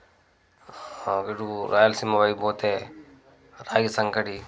ఆగడువు రాయలసీమ వైపు పోతే రాగి సంకటి